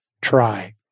try